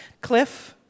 Cliff